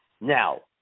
Now